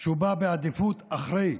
שבא בעדיפות אחרי,